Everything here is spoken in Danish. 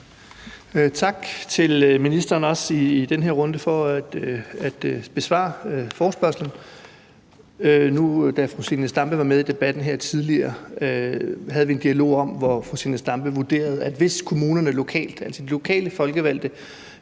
tak til ministeren for at afrunde forespørgslen. Da fru Zenia Stampe var med her i debatten tidligere, havde vi en dialog, hvor fru Zenia Stampe vurderede, at hvis kommunerne lokalt – altså de lokale folkevalgte